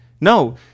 No